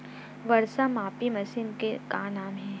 वर्षा मापी मशीन के का नाम हे?